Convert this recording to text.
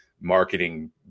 marketing